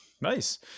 Nice